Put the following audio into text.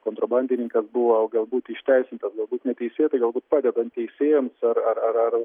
kontrabandininkas buvo galbūt išteisintas galbūt neteisėtai padedant teisėjams ar ar ar